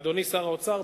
אדוני שר האוצר,